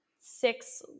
six